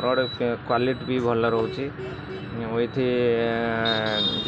product quality ବି ଭଲ ରହୁଛି ଏଠି